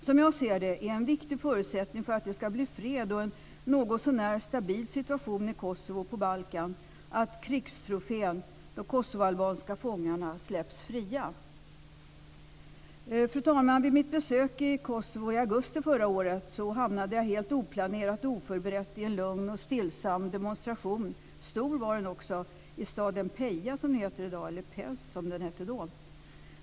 Som jag ser det är en viktig förutsättning för att det ska bli fred och en något sånär stabil situation i Kosovo och på Balkan att krigstrofén de kosovoalbanska fångarna släpps fria. Fru talman! Vid mitt besök i Kosovo i augusti förr året hamnade jag helt oplanerat och oförberett i en lugn och stillsam demonstration - stor var den också - i staden Peja, som det heter i dag. Pez hette den då.